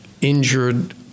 injured